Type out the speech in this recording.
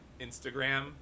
instagram